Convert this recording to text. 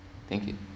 thank you